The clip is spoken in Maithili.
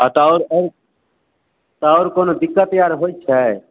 आओर तऽ आओर आओर तऽ आओर कोनो दिक्कत आओर होइ छै